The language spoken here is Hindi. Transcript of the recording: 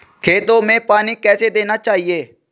खेतों में पानी कैसे देना चाहिए?